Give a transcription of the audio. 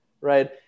right